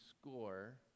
score